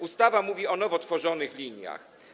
Ustawa mówi o nowo tworzonych liniach.